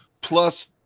Plus